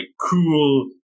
cool